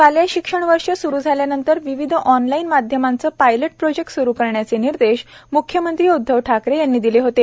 शालेय शैक्षणिक वर्ष सुरु झाल्यानंतर विविध ऑनलाईन माध्यमांचे पायलट प्रोजेक्ट सुरु करण्याचे निर्देश म्ख्यमंत्री उद्धव ठाकरे यांनी दिले होते